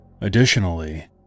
Additionally